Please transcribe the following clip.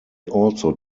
also